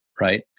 right